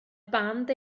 band